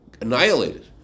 annihilated